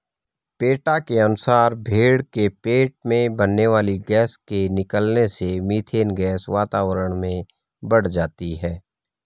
PETA के अनुसार भेंड़ के पेट में बनने वाली गैस के निकलने से मिथेन गैस वातावरण में बढ़ जाती है